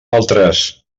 altres